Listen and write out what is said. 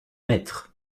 maître